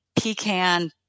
Pecan